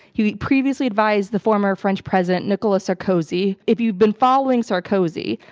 he previously advised the former french president, nicolas sarkozy. if you've been following sarkozy,